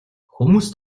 хүмүүст